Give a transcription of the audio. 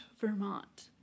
Vermont